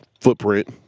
footprint